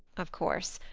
of course,